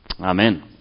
Amen